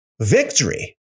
Victory